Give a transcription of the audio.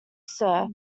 sir